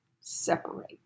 separate